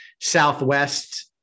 Southwest